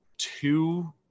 two